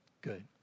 good